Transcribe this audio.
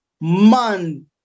man